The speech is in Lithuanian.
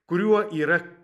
kuriuo yra